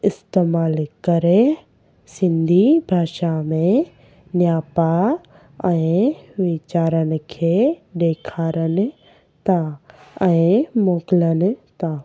इस्तेमाल करे सिंधी भाषा में न्यापा ऐं वीचारु लिखे ॾेखारिन था ऐं मोकिलनि था